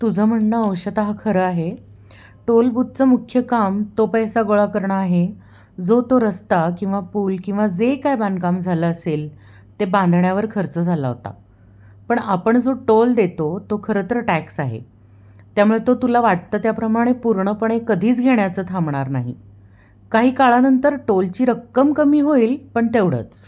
तुझं म्हणणं अंशत हा खरं आहे टोलबूतचं मुख्य काम तो पैसा गोळा करणं आहे जो तो रस्ता किंवा पूल किंवा जे काय बांधकाम झालं असेल ते बांधण्यावर खर्च झाला होता पण आपण जो टोल देतो तो खरंतर टॅक्स आहे त्यामुळे तो तुला वाटतं त्याप्रमाणे पूर्णपणे कधीच घेण्याचं थांबणार नाही काही काळानंतर टोलची रक्कम कमी होईल पण तेवढंच